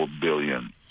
billion